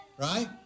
right